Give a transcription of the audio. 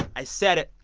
i said it.